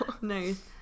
nice